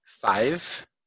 five